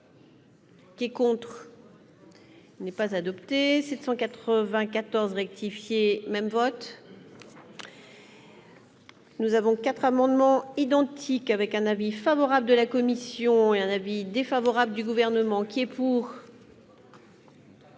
qui compte n'est pas adopté 794 rectifié même vote. Nous avons 4 amendements identiques avec un avis favorable de la commission et un avis défavorable du gouvernement qui est pour.